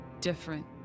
different